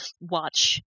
watch